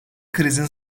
krizin